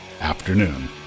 afternoon